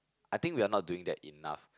I think we're not doing that enough